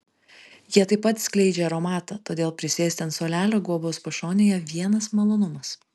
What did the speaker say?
jie taip pat skleidžia aromatą todėl prisėsti ant suolelio guobos pašonėje vienas malonumas